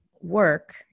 work